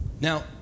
Now